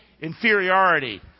inferiority